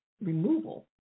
removal